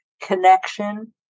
connection